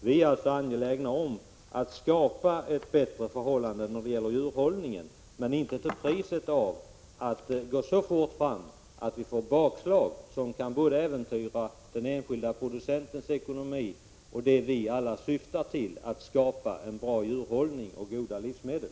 Vi är alltså angelägna om att skapa ett bättre förhållande när det gäller djurhållningen, men inte till priset av att gå så fort fram att vi får bakslag som kan äventyra både den enskilde producentens ekonomi och det vi alla syftar till att skapa, en bra djurhållning och goda livsmedel.